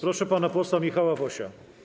Proszę pana posła Michała Wosia.